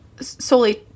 solely